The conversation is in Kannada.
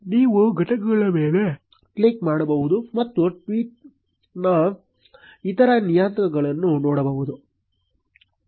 ನೀವು ಘಟಕಗಳ ಮೇಲೆ ಕ್ಲಿಕ್ ಮಾಡಬಹುದು ಮತ್ತು ಟ್ವೀಟ್ ನ ಇತರ ನಿಯತಾಂಕಗಳನ್ನು ನೋಡಬಹುದು